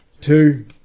two